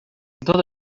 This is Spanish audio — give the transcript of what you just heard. todo